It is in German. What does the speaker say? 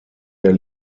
der